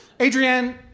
Adrienne